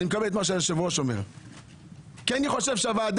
אני מקבל את מה שהיושב-ראש אומר כי אני חושב שהוועדה,